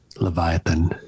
Leviathan